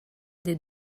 des